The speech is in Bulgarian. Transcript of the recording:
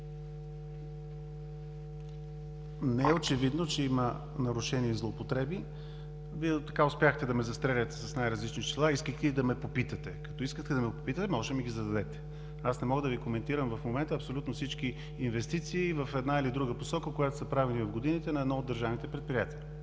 Не е очевидно, че има нарушения и злоупотреби. Вие успяхте да ме застреляте с най различни числа, искайки и да ме попитате. Като искате да ме попитате, може да ми ги зададете. Аз не мога да Ви коментирам в момента абсолютно всички инвестиции в една или друга посока, които са правени в годините на едно от държавните предприятия.